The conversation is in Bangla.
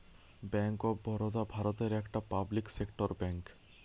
ব্যাংক অফ বারোদা ভারতের একটা পাবলিক সেক্টর ব্যাংক